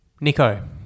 Nico